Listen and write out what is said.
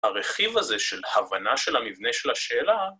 הרכיב הזה של הבנה של המבנה של השאלה...